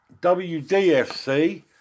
WDFC